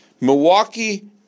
Milwaukee